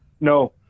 No